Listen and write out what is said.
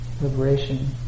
liberation